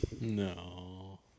No